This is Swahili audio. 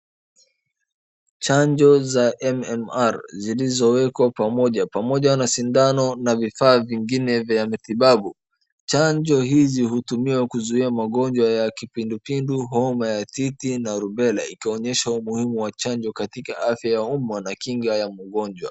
Chanjo za MMR zilizowekwa pamoja, pamoja na sindano na vifaa vingine vya matibabu. Chanjo hizi hutumiwa kuzuia magonjwa ya kipindupindu, homa ya titi na rubella ikionyesha umuhimu wa chanjo katika afya ya umma na kinga ya mgonjwa.